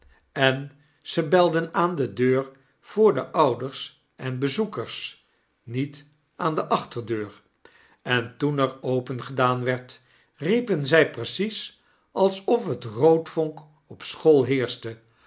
en ze belden aan de deur voor de ouders en bezoekers niet aan de achterdeur en toen er opengedaan werd riepen zy precies alsof het roodvonk op school heerschte